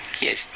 Yes